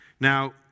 Now